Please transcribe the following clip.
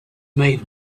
made